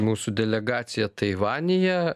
mūsų delegacija taivanyje